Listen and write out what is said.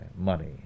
money